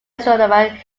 astronomer